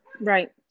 Right